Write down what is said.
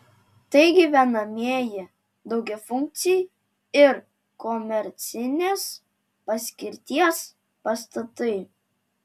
tai gyvenamieji daugiafunkciai ir komercinės paskirties pastatai